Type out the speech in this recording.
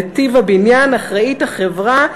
לטיב הבניין אחראית החברה,